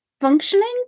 Functioning